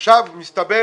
עכשיו מסתבר